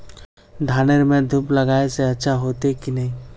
धानेर में धूप लगाए से अच्छा होते की नहीं?